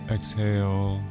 Exhale